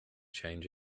change